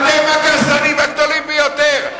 אתם הגזענים הגדולים ביותר.